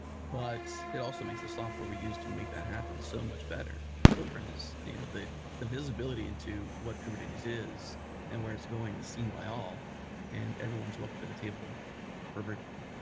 but it also makes the software we use to make that happen so much better. the footprint is you know the the visibility into what kubernetes is and where it's going is seen by all and everyone's welcome to the table proverbially.